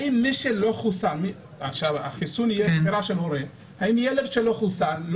האם מי שלא חוסן החיסון יהיה בחירה של הורה האם ילד שלא חוסן,